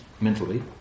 mentally